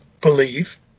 believe